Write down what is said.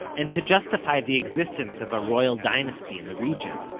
and to justify the existence of a royal dynasty in the region.